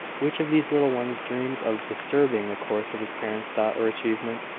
which of these little ones dreams of disturbing the course of his parent's thought or achievement?